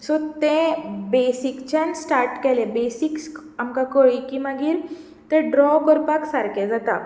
so तें बेसीकच्यान start केलें बेसीक्स आमकां कळ्ळी की मागीर तें ड्रो करपाक सारकें जाता